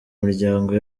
miryango